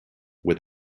with